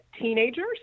teenagers